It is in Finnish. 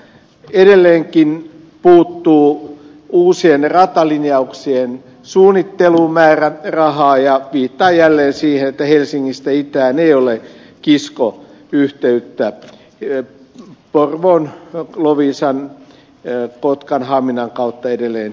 edelleenkin puuttuu uusien ratalinjauksien suunnittelumäärärahaa ja viittaan jälleen siihen että helsingistä itään ei ole kiskoyhteyttä porvoon loviisan kotkan ja haminan kautta edelleen itään